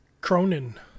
Cronin